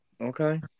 Okay